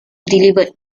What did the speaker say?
delivered